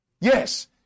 Yes